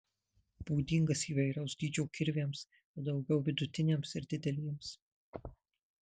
būdingas įvairaus dydžio kirviams bet daugiau vidutiniams ir dideliems